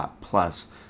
plus